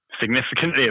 significantly